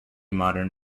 modern